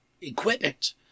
equipment